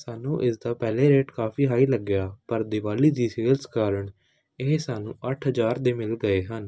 ਸਾਨੂੰ ਇਸ ਦਾ ਪਹਿਲੇ ਰੇਟ ਕਾਫੀ ਹਾਈ ਲੱਗਿਆ ਪਰ ਦਿਵਾਲੀ ਦੀ ਸੇਲਸ ਕਾਰਨ ਇਹ ਸਾਨੂੰ ਅੱਠ ਹਜ਼ਾਰ ਦੇ ਮਿਲ ਗਏ ਹਨ